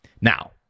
Now